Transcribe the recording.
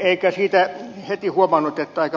eikä siitä heti huomannut että aika populistinen se oli